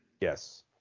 yes